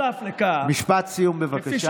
משפט סיום, בבקשה.